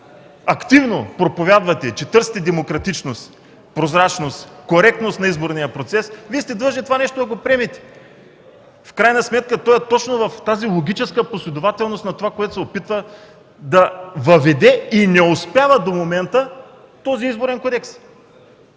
активно проповядвате, че търсите демократичност, прозрачност, коректност на изборния процес, да го приемете! В крайна сметка то е точно в логическата последователност на онова, което се опитва да въведе и не успява до момента този Изборен кодекс!